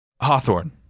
Hawthorne